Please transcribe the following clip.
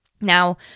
Now